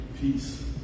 peace